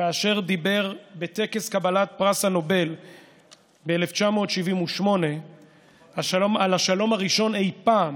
כאשר דיבר בטקס קבלת פרס נובל ב-1978 על השלום הראשון אי פעם